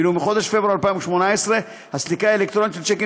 ואילו מחודש פברואר 2018 הסליקה האלקטרונית של שיקים